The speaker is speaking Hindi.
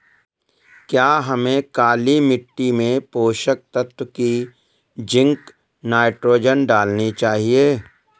क्या हमें काली मिट्टी में पोषक तत्व की जिंक नाइट्रोजन डालनी चाहिए?